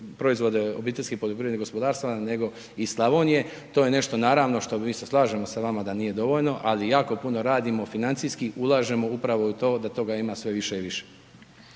proizvode OPG-a nego iz Slavonije, to je nešto naravno, što i mi se slažemo s vama da nije dovoljno, ali jako puno radimo, financijski ulažemo upravo u to, da toga ima sve više i više.